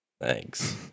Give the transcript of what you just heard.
thanks